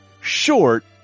short